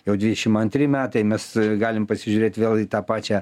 jau dvidešim antri metai mes galim pasižiūrėt vėl į tą pačią